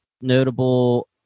notable